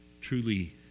truly